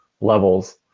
levels